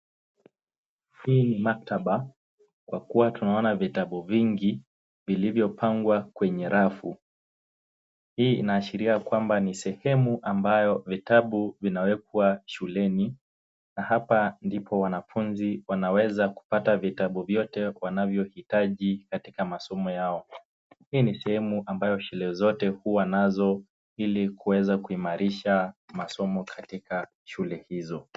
Hii ni maktaba kwa kuwa tunaona vitabu vingi vilivyopangwa kwenye rafu. Hii inaashiria ya kwamba ni sehemu ambayo vitabu vinawekwa shuleni na hapa ndipo wanafunzi wanaweza kupata vitabu vyote wanavyo hitaji katika masomo yao. Hii ni sehemu ambayo shule zote huwa nazo ili kuweza kuimarisha masomo katika shule hizo.